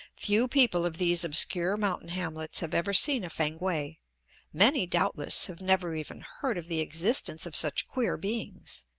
few people of these obscure mountain-hamlets have ever seen a fankwae many, doubtless, have never even heard of the existence of such queer beings.